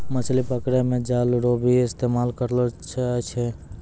मछली पकड़ै मे जाल रो भी इस्तेमाल करलो जाय छै